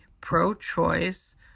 pro-choice